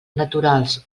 naturals